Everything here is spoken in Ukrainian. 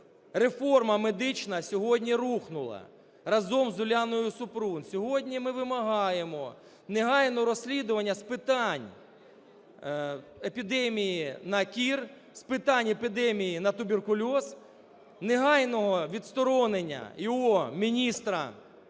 Реформа медична сьогодні рухнула разом з Уляною Супрун. Сьогодні ми вимагаємо негайного розслідування з питань епідемії на кір, з питань епідемії на туберкульоз, негайного відсторонення в.о.міністра